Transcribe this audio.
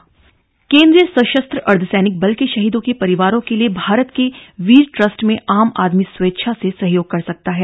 भारत के वीर ट्रस्ट केंद्रीय सशस्त्र अर्धसैनिक बल के शहीदों के परिवारों के लिए भारत के वीर ट्रस्ट में आम आदमी स्वेच्छा से सहयोग कर सकता है